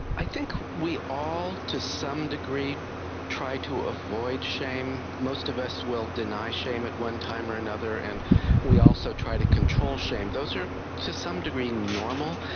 i think we all to some degree try to avoid shame. most of us will deny shame at one time or another, and we also try to control shame. those are to some degree normal.